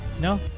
No